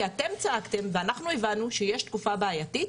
כי אתם צעקתם ואנחנו הבנו שיש תקופה בעייתית,